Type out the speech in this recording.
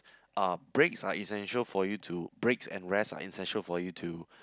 uh breaks are essential for you to breaks and rest are essential for you to